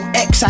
ex